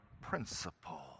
principle